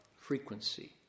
frequency